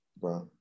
bro